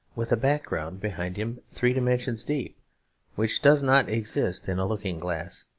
with a background behind him three dimensions deep which does not exist in a looking-glass.